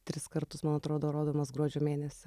tris kartus man atrodo rodomas gruodžio mėnesį